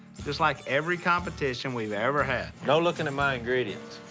just like every competition we've ever had. no looking at my ingredients.